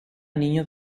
niños